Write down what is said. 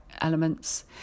elements